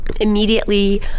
Immediately